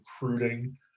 recruiting